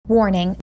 Warning